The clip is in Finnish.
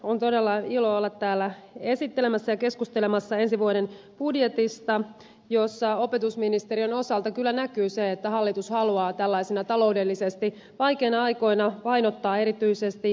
on todella ilo olla täällä esittelemässä ensi vuoden budjettia ja keskustelemassa siitä kun opetusministeriön osalta kyllä näkyy se että hallitus haluaa tällaisina taloudellisesti vaikeina aikoina painottaa erityisesti osaamista